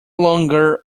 longer